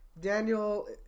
Daniel